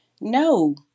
No